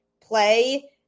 play